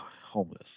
homeless